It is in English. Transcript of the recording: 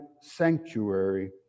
sanctuary